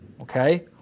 okay